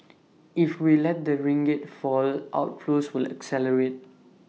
if we lets the ringgit fall outflows will accelerate